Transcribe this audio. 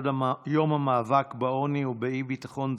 יום המאבק בעוני ובאי-ביטחון תזונתי,